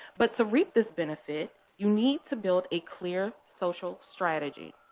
but to reap this benefit, you need to build a clear social strategy.